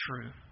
true